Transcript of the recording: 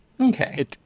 Okay